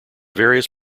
various